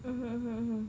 mm mm mm